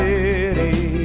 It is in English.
City